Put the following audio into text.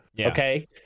okay